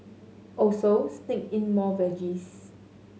also sneak in more veggies